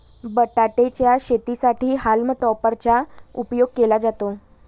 बटाटे च्या शेतीसाठी हॉल्म टॉपर चा उपयोग केला जातो